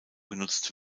genutzt